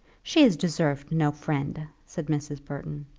she has deserved no friend, said mrs. burton.